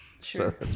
Sure